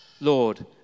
Lord